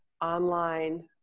online